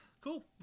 Cool